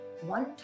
One